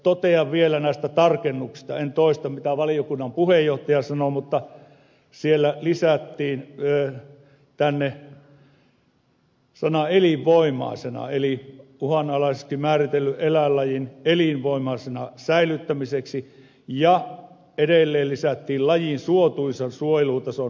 totean vielä näistä tarkennuksista en toista mitä valiokunnan puheenjohtaja sanoi että siellä lisättiin tänne sana elinvoimaisena eli uhanalaiseksi määritellyn eläinlajin elinvoimaisena säilyttämiseksi ja edelleen lisättiin lajin suotuisan suojelutason saavuttamiseksi